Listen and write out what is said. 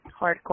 hardcore